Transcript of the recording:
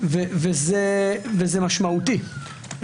זה משמעותי.